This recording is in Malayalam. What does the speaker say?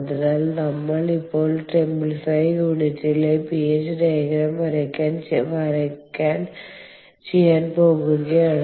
അതിനാൽ നമ്മൾ ഇപ്പോൾ ടെംപ്ലിഫയർ യൂണിറ്റിന്റെ PH ഡയഗ്രം വരയ്ക്കാൻ ചെയ്യാൻ പോക്കുകയാണ്